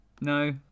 No